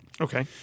Okay